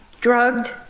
drugged